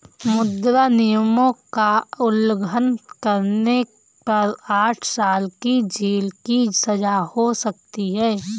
मुद्रा नियमों का उल्लंघन करने पर आठ साल की जेल की सजा हो सकती हैं